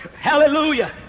Hallelujah